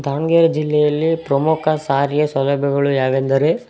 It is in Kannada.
ದಾವಣಗೆರೆ ಜಿಲ್ಲೆಯಲ್ಲಿ ಪ್ರಮುಖ ಸಾರಿಗೆ ಸೌಲಭ್ಯಗಳು ಯಾವೆಂದರೆ